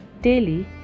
daily